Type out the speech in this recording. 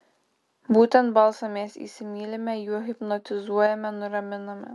būtent balsą mes įsimylime juo hipnotizuojame nuraminame